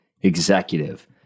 executive